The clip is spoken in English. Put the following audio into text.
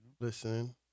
Listen